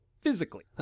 physically